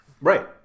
Right